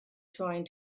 trying